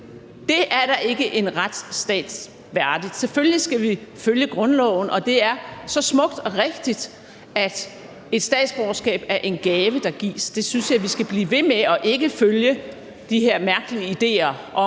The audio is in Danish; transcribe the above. Det er da ikke en retsstat værdigt. Selvfølgelig skal vi følge grundloven, og det er så smukt og rigtigt, at et statsborgerskab er en gave, der gives. Det synes jeg vi skal blive ved med og ikke følge de her mærkelige idéer om,